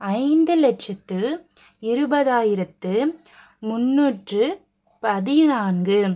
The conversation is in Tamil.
ஐந்து லட்சத்தி இருபதாயிரத்தி முன்னூற்றி பதினான்கு